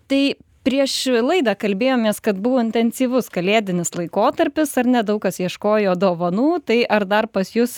tai prieš laidą kalbėjomės kad buvo intensyvus kalėdinis laikotarpis ar ne daug kas ieškojo dovanų tai ar dar pas jus